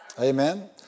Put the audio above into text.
Amen